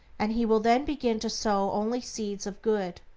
and he will then begin to sow only seeds of good,